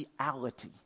reality